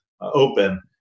open